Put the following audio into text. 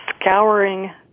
scouring